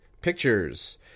Pictures